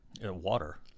water